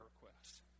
requests